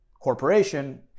corporation